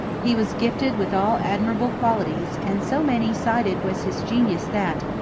he was gifted with all admirable qualities, and so many-sided was his genius that,